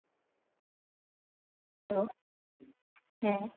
hello ᱦᱮᱸ